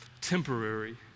temporary